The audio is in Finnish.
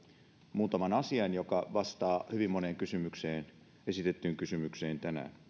muutaman asian jotka vastaavat hyvin moneen tänään esitettyyn kysymykseen